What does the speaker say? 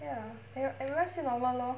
ya every~ everyone seem normal lor